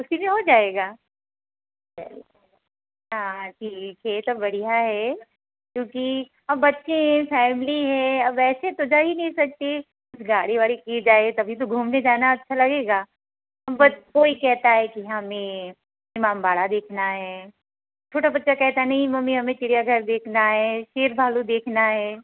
उसी में हो जाएगा चल हाँ ठीक है तो बढ़िया हे क्योंकि अब बच्चे हैं फैमिली है अब ऐसे तो जा ही नहीं सकते गाड़ी वाड़ी की जाए तभी तो घूमने जाना अच्छा लगेगा अब ब कोई कहता है कि हमें इमामबाड़ा देखना है छोटा बच्चा कहता नहीं मम्मी हमें चिड़ियाघर देखना है शेर भालू देखना है